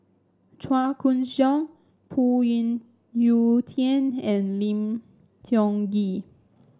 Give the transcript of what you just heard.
Chua Koon Siong Phoon Yew Tien and Lim Tiong Ghee